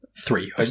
Three